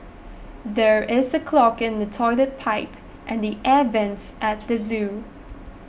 there is a clog in the Toilet Pipe and the Air Vents at the zoo